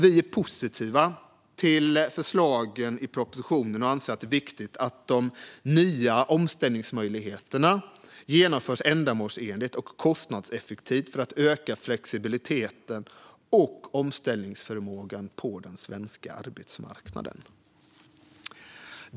Vi är positiva till förslagen i propositionen och anser att det är viktigt att de nya omställningsmöjligheterna genomförs ändamålsenligt och kostnadseffektivt för att öka flexibiliteten och omställningsförmågan på den svenska arbetsmarknaden.